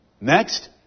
Next